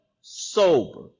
sober